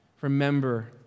Remember